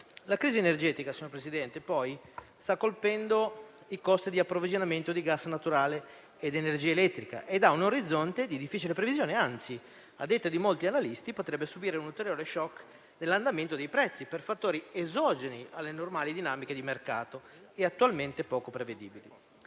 La crisi energetica, presidente Draghi, sta colpendo i costi di approvvigionamento di gas naturale ed energia elettrica e ha un orizzonte di difficile previsione. Anzi, a detta di molti analisti, potrebbe esserci un ulteriore *shock* dell'andamento dei prezzi, per fattori esogeni alle normali dinamiche di mercato e attualmente poco prevedibili.